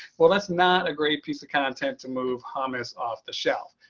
well, that's not a great piece of content to move hummus off the shelf.